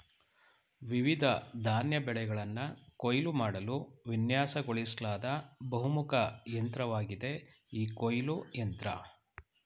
ವಿವಿಧ ಧಾನ್ಯ ಬೆಳೆಗಳನ್ನ ಕೊಯ್ಲು ಮಾಡಲು ವಿನ್ಯಾಸಗೊಳಿಸ್ಲಾದ ಬಹುಮುಖ ಯಂತ್ರವಾಗಿದೆ ಈ ಕೊಯ್ಲು ಯಂತ್ರ